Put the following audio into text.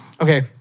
Okay